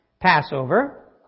Passover